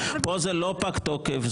כאן זה לא פג תוקף,